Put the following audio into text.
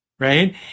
Right